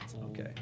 Okay